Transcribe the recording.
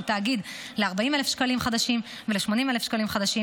תאגיד ל-40,000 שקלים חדשים ול-80,000 שקלים חדשים,